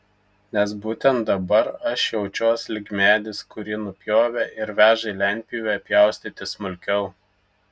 nes būtent dabar aš jaučiuos lyg medis kurį nupjovė ir veža į lentpjūvę pjaustyti smulkiau